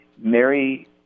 Mary